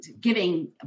giving